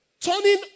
turning